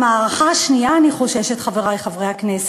במערכה השנייה, חברי חברי הכנסת,